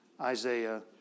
Isaiah